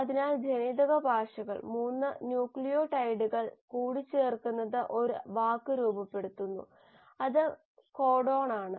അതിനാൽ ജനിതക ഭാഷകൾ 3 ന്യൂക്ലിയോടൈഡുകൾ കൂടിച്ചേർന്ന് ഒരു വാക്ക് രൂപപ്പെടുന്നു അത് കോഡോണാണ്